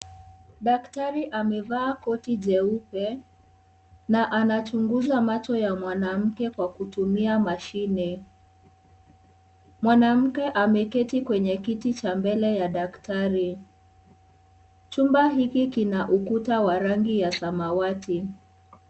Daktari amevaa koti jeupe na anachunguza macho ya mwanamke kwa kutumia mashine. Mwanamke ameketi kwenye kiti cha mbele ya daktari. Chumba hiki, kina ukuta wa rangi ya samawati.